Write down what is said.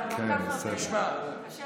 אנחנו גם ככה, קשה לנו היום.